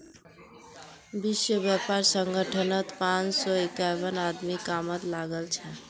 विश्व व्यापार संगठनत पांच सौ इक्यावन आदमी कामत लागल छ